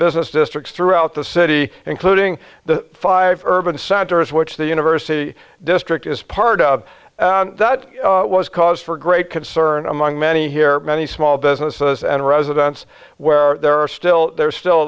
business districts throughout the city including the five urban centers which the university district is part of that was cause for great concern among many here many small businesses and residents where there are still there's still a